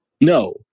No